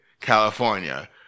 California